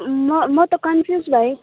म म त कन्फ्युज भएँ